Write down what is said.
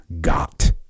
got